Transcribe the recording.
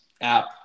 app